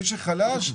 מי שחלש,